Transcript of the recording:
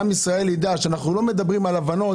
עם ישראל ידע שאנחנו לא מדברים על הבנות,